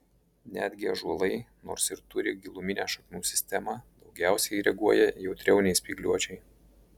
netgi ąžuolai nors ir turi giluminę šaknų sistemą daugiausiai reaguoja jautriau nei spygliuočiai